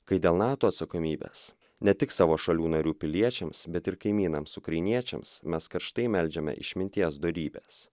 kai dėl nato atsakomybės ne tik savo šalių narių piliečiams bet ir kaimynams ukrainiečiams mes karštai meldžiame išminties dorybės